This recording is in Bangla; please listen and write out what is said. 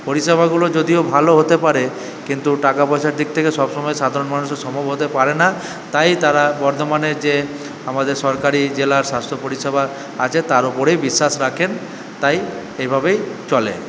পরিষেবাগুলো যদিও ভালো হতে পারে কিন্তু টাকা পয়সার দিক থেকে সবসময় সাধারণ মানুষের সম্ভব হতে পারে না তাই তারা বর্ধমানের যে আমাদের সরকারি জেলা স্বাস্থ্য পরিষেবা আছে তার উপরেই বিশ্বাস রাখেন তাই এভাবেই চলে